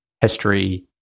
history